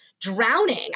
drowning